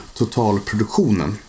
totalproduktionen